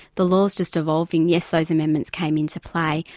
the law's just evolving, yes those amendments came into play,